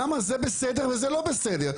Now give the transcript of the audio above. למה זה בסדר וזה לא בסדר?